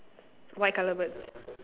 white colour birds